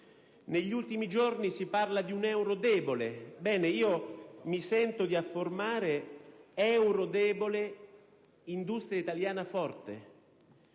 Negli ultimi giorni si parla di un euro debole. Ebbene, mi sento di affermare che euro debole significa industria italiana forte.